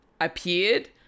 appeared